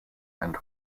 and